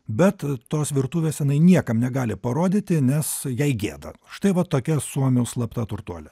bet tos virtuvės jinai niekam negali parodyti nes jai gėda štai vat tokia suomių slapta turtuolė